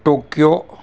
Tokyo